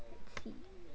let's see